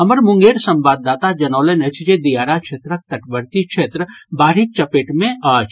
हमर मुंगेर संवाददाता जनौलनि अछि जे दियारा क्षेत्रक तटवर्ती क्षेत्र बाढ़िक चपेट मे अछि